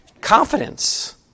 Confidence